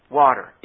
water